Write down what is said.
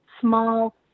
small